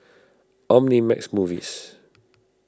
Omnimax Movies